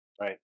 right